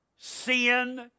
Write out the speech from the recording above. sin